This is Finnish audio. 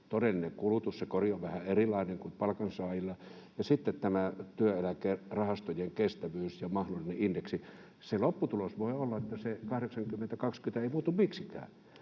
todellinen kulutus — se kori on vähän erilainen kuin palkansaajilla — että sitten tämä työeläkerahastojen kestävyys ja mahdollinen indeksi. Lopputulos voi olla, että se 80/20 ei muutu miksikään.